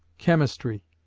chemistry.